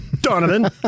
Donovan